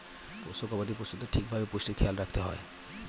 পোষ্য গবাদি পশুদের ঠিক ভাবে পুষ্টির খেয়াল রাখতে হয়